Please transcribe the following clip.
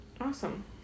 awesome